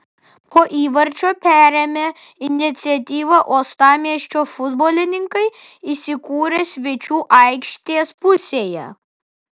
po įvarčio perėmę iniciatyvą uostamiesčio futbolininkai įsikūrė svečių aikštės pusėje